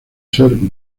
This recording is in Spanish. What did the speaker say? ser